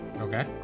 Okay